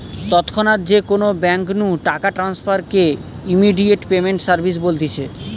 তৎক্ষণাৎ যে কোনো বেঙ্ক নু টাকা ট্রান্সফার কে ইমেডিয়াতে পেমেন্ট সার্ভিস বলতিছে